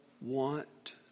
want